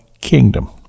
kingdom